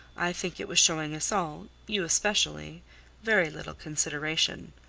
i think it was showing us all you especially very little consideration.